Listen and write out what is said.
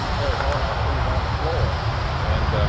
arizona, i see, is on the floor. and